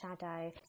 shadow